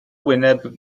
wyneb